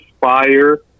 fire